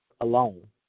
alone